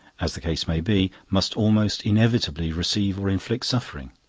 as the case may be must almost inevitably receive or inflict suffering.